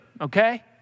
okay